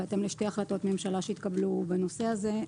בהתאם לשתי החלטות ממשלה שהתקבלו בנושא הזה.